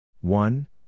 One